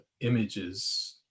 images